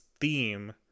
theme